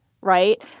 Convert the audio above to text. Right